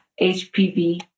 HPV